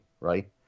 right